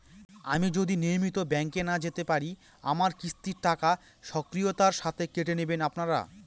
আমি যদি নিয়মিত ব্যংকে না যেতে পারি আমার কিস্তির টাকা স্বকীয়তার সাথে কেটে নেবেন আপনারা?